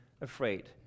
afraid